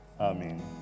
Amen